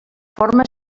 forma